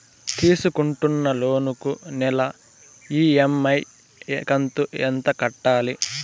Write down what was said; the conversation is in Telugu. తీసుకుంటున్న లోను కు నెల ఇ.ఎం.ఐ కంతు ఎంత కట్టాలి?